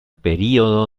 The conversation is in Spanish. período